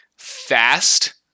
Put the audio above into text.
fast